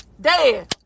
Dad